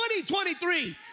2023